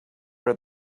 read